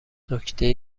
نکته